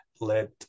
Let